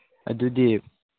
ꯑꯗꯨꯗꯤ